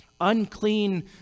unclean